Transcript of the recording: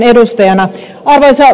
arvoisa puhemies